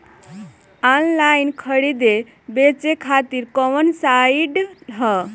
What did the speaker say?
Online खरीदे बेचे खातिर कवन साइड ह?